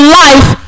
life